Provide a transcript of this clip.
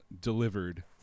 delivered